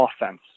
offense